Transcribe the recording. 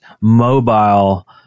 mobile